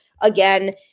again